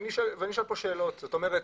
ואני שואל פה שאלות, זאת אומרת,